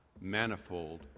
manifold